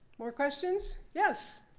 more questions? yes?